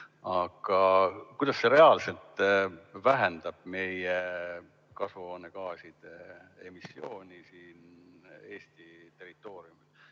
siis kuidas see reaalselt vähendab meie kasvuhoonegaaside emissiooni Eesti territooriumil?